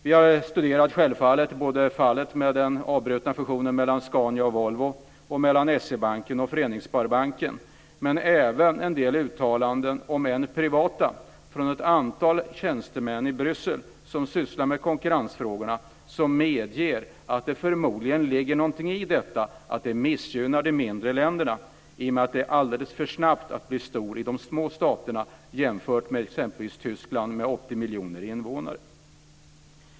Vi har självfallet studerat inte bara de avbrutna fusionerna mellan Scania och Volvo och mellan SEB och Föreningssparbanken utan också en del uttalanden, om än privata, som gjorts av ett antal tjänstemän i Bryssel som sysslar med konkurrensfrågorna och som medger att det förmodligen ligger någonting i att de mindre länderna missgynnas genom att det går så snabbt att bli stor i de små staterna jämfört med i exempelvis Tyskland med 80 miljoner invånare.